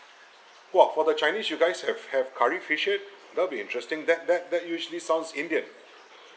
!wah! for the chinese you guys have have curry fish head that'll be interesting that that that usually sounds indian